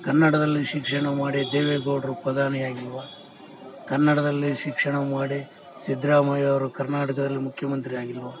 ಕನ್ನಡದಲ್ಲಿ ಶಿಕ್ಷಣ ಮಾಡಿ ದೇವೇ ಗೌಡ್ರು ಪ್ರಧಾನಿಯಾಗಿಲ್ಲವಾ ಕನ್ನಡದಲ್ಲಿ ಶಿಕ್ಷಣ ಮಾಡಿ ಸಿದ್ಧರಾಮಯ್ಯ ಅವರು ಕರ್ನಾಟಕದಲ್ಲಿ ಮುಖ್ಯಮಂತ್ರಿ ಆಗಿಲ್ಲವಾ